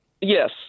Yes